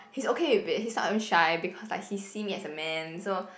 he's okay with it he stop being shy because like he see me as a man so